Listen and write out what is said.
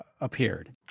appeared